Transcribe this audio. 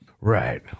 Right